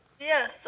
Yes